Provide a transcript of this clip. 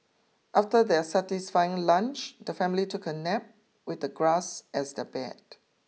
after their satisfying lunch the family took a nap with the grass as their bed